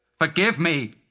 forgive me!